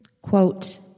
Quote